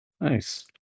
Nice